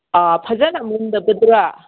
ꯐꯖꯅ ꯃꯨꯟꯗꯕꯗꯨꯔꯥ